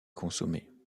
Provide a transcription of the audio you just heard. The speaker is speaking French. consommée